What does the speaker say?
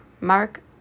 mark